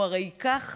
הוא הרי ייקח